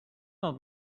not